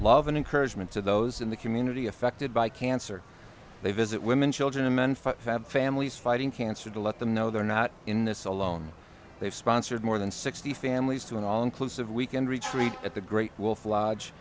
and encouragement to those in the community affected by cancer they visit women children and men for families fighting cancer to let them know they're not in this alone they've sponsored more than sixty families to an all inclusive weekend retreat at the great wolf lodge